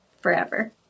forever